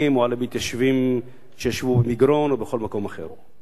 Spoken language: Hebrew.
או על המתיישבים שישבו במגרון או בכל מקום אחר.